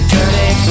Dirty